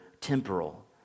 temporal